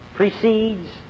precedes